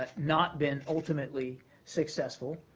ah not been ultimately successful.